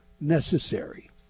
necessary